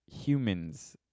humans